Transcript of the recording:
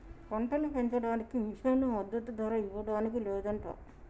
పంటలు పెంచడానికి మిషన్లు మద్దదు ధర ఇవ్వడానికి లేదంట